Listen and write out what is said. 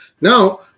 Now